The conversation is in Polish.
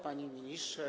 Panie Ministrze!